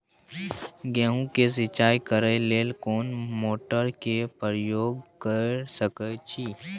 गेहूं के सिंचाई करे लेल कोन मोटर के प्रयोग कैर सकेत छी?